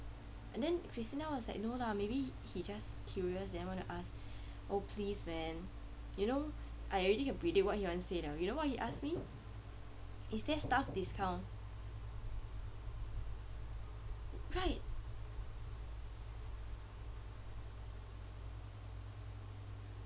and then christina was like no lah maybe he just curious then want to ask oh please man you know I already can predict what he want to say now you know what he ask me is there staff discount right